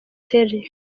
terry